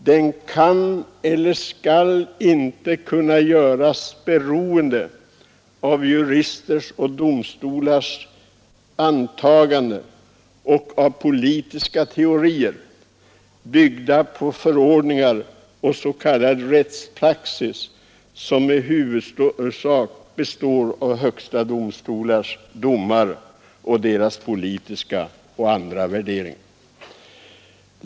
Den kan och skall inte göras beroende av juristers och domstolars antaganden och av politiska teorier, byggda på förordningar och s.k. rättspraxis som i huvudsak består av högsta domstolens domar och dess politiska och andra värderingar.